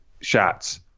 shots